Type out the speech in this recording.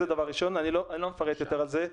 זה דבר ראשון, אני לא מפרט יותר על זה,